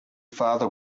father